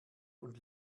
und